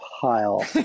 pile